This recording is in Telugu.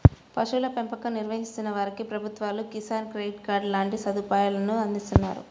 పశువుల పెంపకం నిర్వహిస్తున్న వారికి ప్రభుత్వాలు కిసాన్ క్రెడిట్ కార్డు లాంటి సదుపాయాలను అందిస్తున్నారు